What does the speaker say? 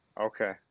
okay